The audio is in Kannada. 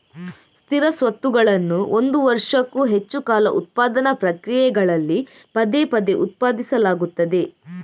ಸ್ಥಿರ ಸ್ವತ್ತುಗಳನ್ನು ಒಂದು ವರ್ಷಕ್ಕೂ ಹೆಚ್ಚು ಕಾಲ ಉತ್ಪಾದನಾ ಪ್ರಕ್ರಿಯೆಗಳಲ್ಲಿ ಪದೇ ಪದೇ ಉತ್ಪಾದಿಸಲಾಗುತ್ತದೆ